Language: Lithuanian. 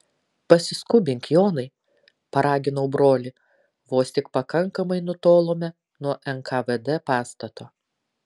pasiskubink jonai paraginau brolį vos tik pakankamai nutolome nuo nkvd pastato